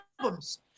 albums